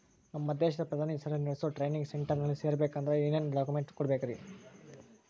ನಮ್ಮ ದೇಶದ ಪ್ರಧಾನಿ ಹೆಸರಲ್ಲಿ ನೆಡಸೋ ಟ್ರೈನಿಂಗ್ ಸೆಂಟರ್ನಲ್ಲಿ ಸೇರ್ಬೇಕಂದ್ರ ಏನೇನ್ ಡಾಕ್ಯುಮೆಂಟ್ ಕೊಡಬೇಕ್ರಿ?